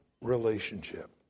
relationship